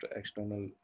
external